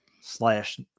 slash